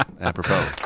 Apropos